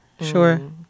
Sure